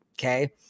Okay